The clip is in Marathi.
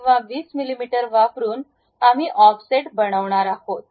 किंवा 20 मिमी वापरुन आम्ही ऑफसेट बनवणार आहोत